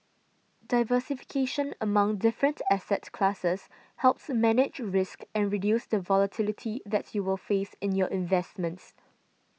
diversification among different asset classes helps manage risk and reduce the volatility that you will face in your investments